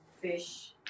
Fish